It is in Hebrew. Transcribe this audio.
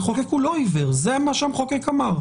המחוקק הוא לא עיוור, זה מה שהמחוקק אמר.